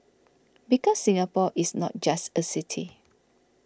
because Singapore is not just a city